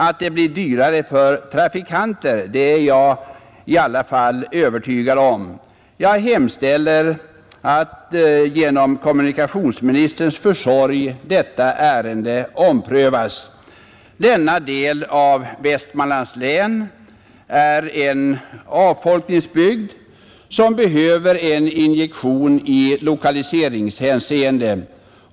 Att det blir dyrare för trafikanterna är jag i alla fall övertygad om. Jag hemställer att genom kommunikationsministerns försorg detta ärende omprövas. Denna del av Västmanlands län är en avfolkningsbygd, som behöver en injektion i lokaliseringshänseende.